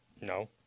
No